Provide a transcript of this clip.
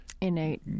innate